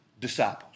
disciples